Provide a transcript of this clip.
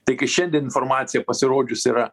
tai kai šiandien informacija pasirodžius yra